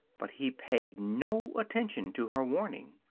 but he paid no attention to her warning.